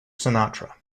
sinatra